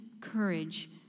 courage